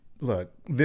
Look